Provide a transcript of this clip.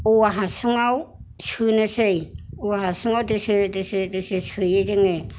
औवा हासुङाव सोनोसै औवा हासुङाव दोसो दोसो दोसो सोयो जोङो